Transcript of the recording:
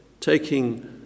taking